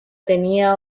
tenía